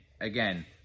again